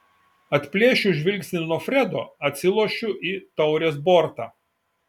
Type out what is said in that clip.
atplėšiu žvilgsnį nuo fredo atsilošiu į taurės bortą